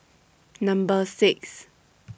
Number six